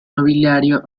nobiliario